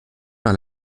par